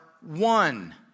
one